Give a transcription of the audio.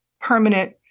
permanent